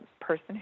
person